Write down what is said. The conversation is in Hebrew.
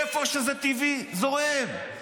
איפה שזה טבעי, זורם.